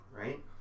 right